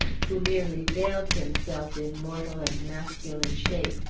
who merely veiled himself in mortal and masculine shape,